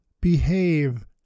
behave